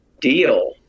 deal